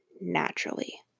naturally